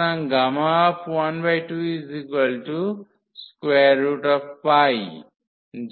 সুতরাং 12